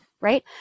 right